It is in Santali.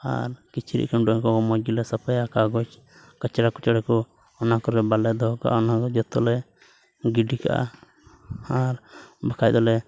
ᱟᱨ ᱠᱤᱪᱨᱤᱡ ᱠᱷᱟᱹᱰᱟᱹ ᱠᱚ ᱢᱚᱡᱽ ᱜᱮᱞᱮ ᱥᱟᱯᱷᱟᱭᱟ ᱠᱟᱜᱚᱡᱽ ᱠᱟᱪᱲᱟ ᱠᱚᱪᱲᱟ ᱠᱚ ᱚᱱᱟ ᱠᱚᱨᱮ ᱵᱟᱞᱮ ᱫᱚᱦᱚ ᱠᱟᱜᱼᱟ ᱚᱱᱟᱫᱚ ᱡᱚᱛᱚᱞᱮ ᱜᱤᱰᱤ ᱠᱟᱜᱼᱟ ᱟᱨ ᱵᱟᱠᱷᱟᱡ ᱫᱚᱞᱮ